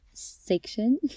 section